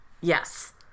Yes